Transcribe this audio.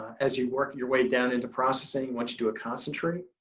as you work your way down into processing, once you do a concentrate.